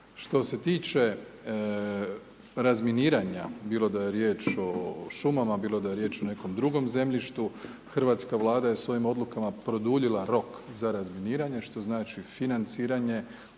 Što se tiče razminiranja, bilo da je riječ o šumama, bilo da je riječ o nekom drugom zemljištu, hrvatska Vlada je svojim odlukama produljila rok za razminiranje, što znači financiranje